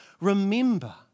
Remember